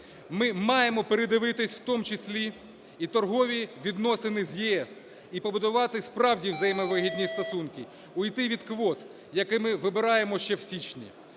Ми маємо передивитися, в тому числі і торгові відносини з ЄС, і побудувати справді взаємовигідні стосунки, уйти від квот, які ми вибираємо ще в січні.